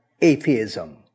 atheism